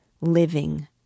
living